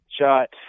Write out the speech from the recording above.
shot